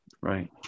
Right